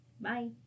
bye